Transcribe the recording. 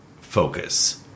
focus